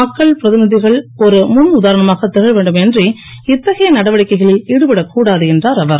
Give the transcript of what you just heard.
மக்கள் பிரதிநிதிகள் ஒரு முன் உதாரணமாக திகழ வேண்டுமே அன்றி இத்தகைய நடவடிக்கைகளில் ஈடுபடக் கூடாது என்றார் அவர்